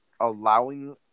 allowing